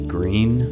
Green